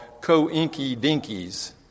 co-inky-dinkies